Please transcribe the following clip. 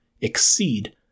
exceed